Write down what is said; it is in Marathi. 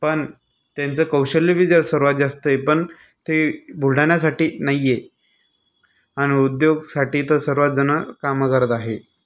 पण त्यांचं कौशल्यबी ज सर्वात जास्त आहे पण ते बुलढाण्यासाठी नाही आहे अन् उद्योगासाठी तर सर्वजणं कामं करत आहे